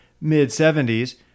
mid-70s